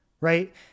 right